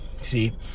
See